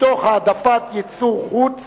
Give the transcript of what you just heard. מתוך העדפת ייצור חוץ